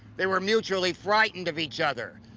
they were mutually frightened of each other.